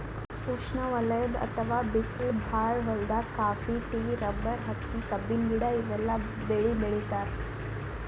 ಉಷ್ಣವಲಯದ್ ಅಥವಾ ಬಿಸ್ಲ್ ಭಾಳ್ ಹೊಲ್ದಾಗ ಕಾಫಿ, ಟೀ, ರಬ್ಬರ್, ಹತ್ತಿ, ಕಬ್ಬಿನ ಗಿಡ ಇವೆಲ್ಲ ಬೆಳಿ ಬೆಳಿತಾರ್